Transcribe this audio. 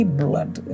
blood